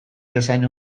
bezain